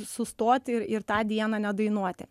sustoti ir ir tą dieną nedainuoti